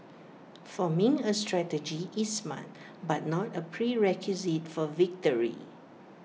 forming A strategy is smart but not A prerequisite for victory